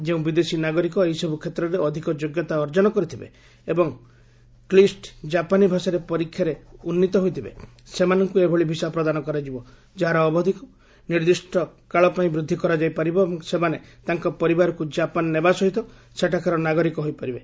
ଯେଉଁ ବିଦେଶୀ ନାଗରିକ ଏହିସବୁ କ୍ଷେତ୍ରରେ ଅଧିକ ଯୋଗ୍ୟତା ଅର୍ଜନ କରିଥିବେ ଏବଂ କ୍ଲିଷ୍ଟ ଜାପାନୀ ଭାଷାରେ ପରୀକ୍ଷାରେ ଉତ୍ତୀର୍ଣ୍ଣ ହୋଇଥିବେ ସେମାନଙ୍କୁ ଏଭଳି ଭିସା ପ୍ରଦାନ କରାଯିବ ଯାହାର ଅବଧିକୁ ଅନିର୍ଦ୍ଦିଷ୍ଟ କାଳ ପାଇଁ ବୃଦ୍ଧି କରାଯାଇ ପାରିବ ଏବଂ ସେମାନେ ତାଙ୍କ ପରିବାରକୁ ଜାପାନ ନେବା ସହିତ ସେଠାକାର ନାଗରିକ ହୋଇପାରିବେ